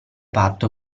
patto